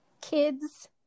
kids